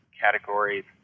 categories